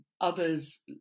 others